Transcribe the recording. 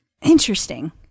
Interesting